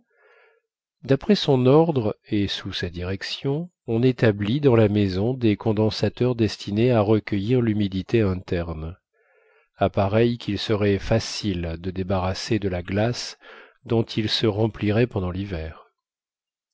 d'après son ordre et sous sa direction on établit dans la maison des condensateurs destinés à recueillir l'humidité interne appareils qu'il serait facile de débarrasser de la glace dont ils se rempliraient pendant l'hiver